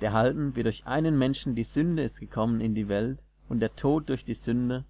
derhalben wie durch einen menschen die sünde ist gekommen in die welt und der tod durch die sünde